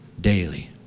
daily